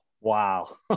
Wow